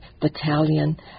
Battalion